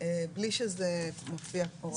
בלי שזה מופיע פה.